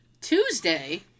Tuesday